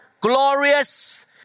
glorious